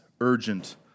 urgent